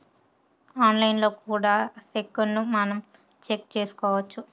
ఆన్లైన్లో కూడా సెక్కును మనం చెక్ చేసుకోవచ్చు